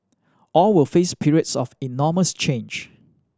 all will face periods of enormous change